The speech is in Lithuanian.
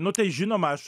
nu tai žinoma aš